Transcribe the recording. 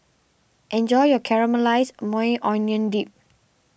enjoy your Caramelized Maui Onion Dip